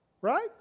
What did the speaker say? right